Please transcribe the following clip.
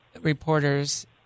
reporters